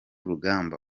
rugamba